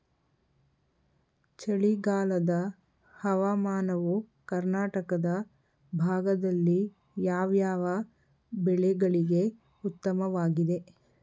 ಚಳಿಗಾಲದ ಹವಾಮಾನವು ಕರ್ನಾಟಕದ ಭಾಗದಲ್ಲಿ ಯಾವ್ಯಾವ ಬೆಳೆಗಳಿಗೆ ಉತ್ತಮವಾಗಿದೆ?